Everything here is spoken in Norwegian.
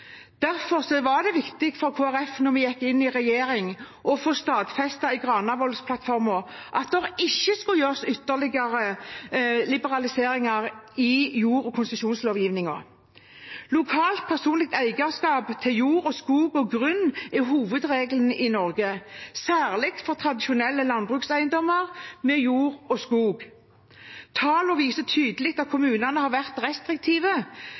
var det viktig for Kristelig Folkeparti da vi gikk inn i regjering å få stadfestet i Granavolden-plattformen at det ikke skulle gjøres ytterligere liberaliseringer i jord- og konsesjonslovgivningen. Lokalt personlig eierskap til jord, skog og grunn er hovedregelen i Norge, særlig for tradisjonelle landbrukseiendommer med jord og skog. Tallene viser tydelig at kommunene har vært restriktive